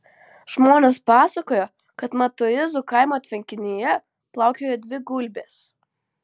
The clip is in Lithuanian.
žmonės pasakojo kad matuizų kaimo tvenkinyje plaukiojo dvi gulbės